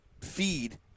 feed